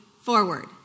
forward